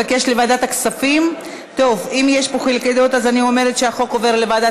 התשע"ח 2017, עברה בקריאה טרומית, ועוברת לוועדת